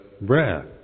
breath